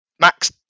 Max